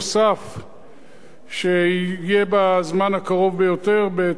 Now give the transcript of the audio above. בתקווה להשלים את הבדיקה של הדוח של המבקר,